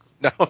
no